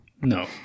No